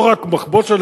לא רק מחבוש,